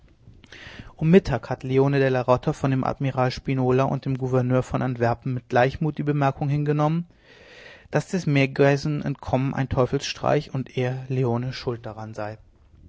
um mittag hat leone della rota von dem admiral spinola und dem gouverneur von antwerpen mit gleichmut die bemerkung hingenommen daß des meergeusen entkommen ein teufelsstreich und er leone schuld daran sei